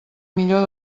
millor